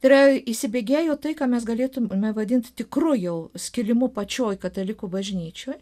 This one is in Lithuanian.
tai yra įsibėgėjo tai ką mes galėtumėm vadinti tikru jau skilimų pačioj katalikų bažnyčioj